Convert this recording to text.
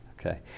Okay